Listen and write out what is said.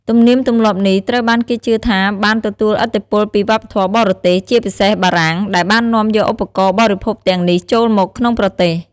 ទំនៀមទម្លាប់នេះត្រូវបានគេជឿថាបានទទួលឥទ្ធិពលពីវប្បធម៌បរទេស ជាពិសេសបារាំង ដែលបាននាំយកឧបករណ៍បរិភោគទាំងនេះចូលមកក្នុងប្រទេស។